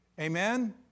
Amen